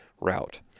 route